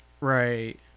right